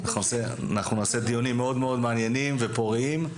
וגם השנה אנחנו נעשה דיונים מעניינים ופוריים.